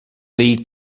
lead